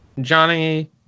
Johnny